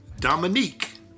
Dominique